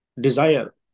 desire